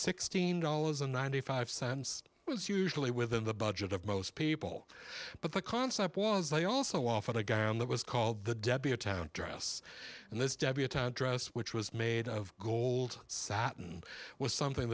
sixteen dollars and ninety five cents was usually within the budget of most people but the concept was they also offer the gown that was called the debbie a town dress and this debutant dress which was made of gold satin was something